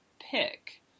pick